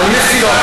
איפה הם גדלו?